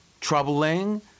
troubling